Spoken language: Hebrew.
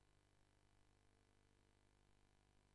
האירוע